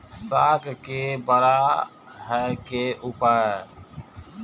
साग के बड़ा है के उपाय?